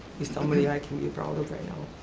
he's somebody i can be proud of right now,